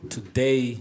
Today